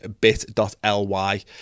bit.ly